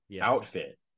outfit